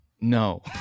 No